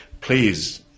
Please